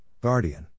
Guardian